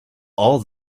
all